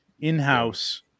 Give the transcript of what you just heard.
in-house